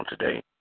today